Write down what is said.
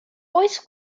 oes